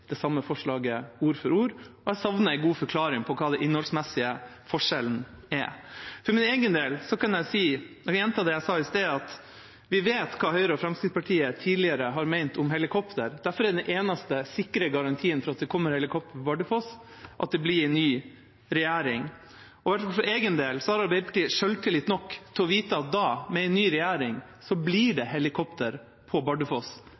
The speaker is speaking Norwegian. det samme forslaget, ord for ord. Jeg savner en god forklaring på hva den innholdsmessige forskjellen er. Jeg vil gjenta det jeg sa i sted: Vi vet hva Høyre og Fremskrittspartiet tidligere har ment om helikoptre. Derfor er den eneste sikre garantien for at det kommer helikoptre på Bardufoss, at det blir en ny regjering. For egen del har Arbeiderpartiet selvtillit nok til å vite at da, med en ny regjering, blir det helikoptre på Bardufoss